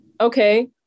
okay